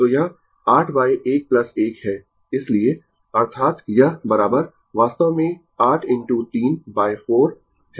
तो यह 8 बाय 1 1 है इसलिए अर्थात यह वास्तव में 8 इनटू 3 बाय 4 है जो कि 6 मिलिएम्पियर है